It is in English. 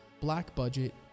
black-budget